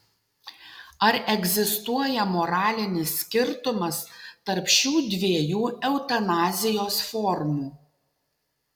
ar egzistuoja moralinis skirtumas tarp šių dviejų eutanazijos formų